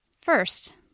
First